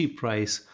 price